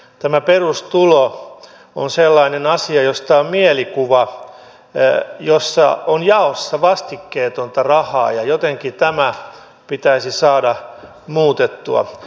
tämä perustulo on sellainen asia josta on mielikuva jossa on jaossa vastikkeetonta rahaa ja jotenkin tämä pitäisi saada muutettua